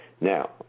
Now